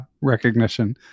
recognition